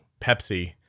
Pepsi